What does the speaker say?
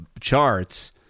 charts